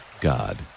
God